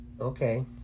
Okay